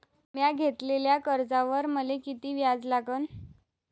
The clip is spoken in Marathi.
म्या घेतलेल्या कर्जावर मले किती व्याज लागन?